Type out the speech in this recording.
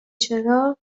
چرا